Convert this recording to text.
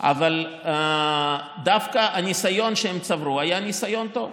אבל דווקא הניסיון שהם צברו היה ניסיון טוב.